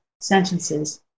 sentences